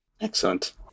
excellent